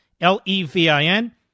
L-E-V-I-N